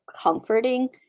comforting